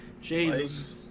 Jesus